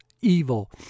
evil